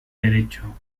derecho